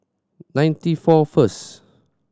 ninety four first